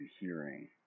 hearing